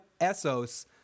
Essos